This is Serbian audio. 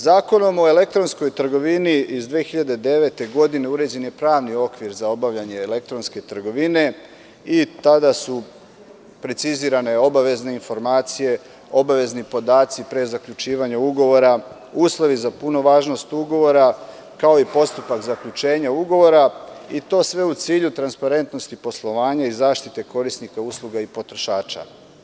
Zakonom o elektronskoj trgovini iz 2009. godine uređen je pravni okvir za obavljanje elektronske trgovine i tada su precizirane obavezne informacije, obavezni podaci pre zaključivanja ugovora, uslovi za punu važnost ugovora, kao i postupak zaključenja ugovora, a sve to u cilju transparentnosti poslovanja i zaštite korisnika usluga i potrošača.